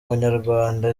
abanyarwanda